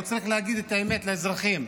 הוא צריך להגיד את האמת לאזרחים,